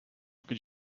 could